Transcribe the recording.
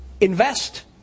invest